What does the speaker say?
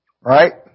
Right